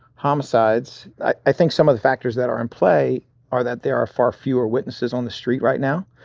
homicides. i think some of the factors that are in play are that there are far fewer witnesses on the street right now,